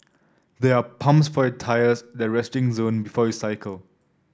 there are pumps for your tyres the resting zone before you cycle